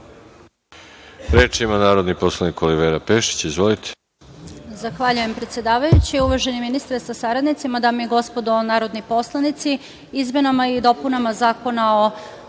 ima narodni poslanik Olivera Pešić. Izvolite.